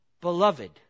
Beloved